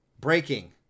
Breaking